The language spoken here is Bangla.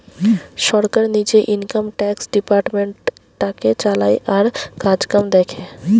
সরকার নিজে ইনকাম ট্যাক্স ডিপার্টমেন্টটাকে চালায় আর কাজকাম দেখে